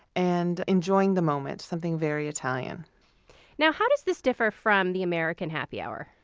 and enjoying the moment. something very italian now, how does this differ from the american happy hour?